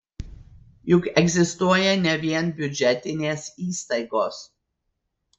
juk egzistuoja ne vien biudžetinės įstaigos